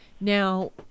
Now